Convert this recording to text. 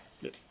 Yes